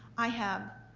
i have,